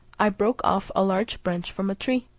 i broke off a large branch from a tree,